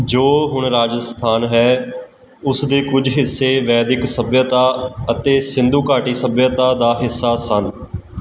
ਜੋ ਹੁਣ ਰਾਜਸਥਾਨ ਹੈ ਉਸ ਦੇ ਕੱਝ ਹਿੱਸੇ ਵੈਦਿਕ ਸੱਭਿਅਤਾ ਅਤੇ ਸਿੰਧੂ ਘਾਟੀ ਸੱਭਿਅਤਾ ਦਾ ਹਿੱਸਾ ਸਨ